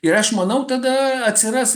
ir aš manau tada atsiras